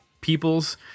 Peoples